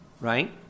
right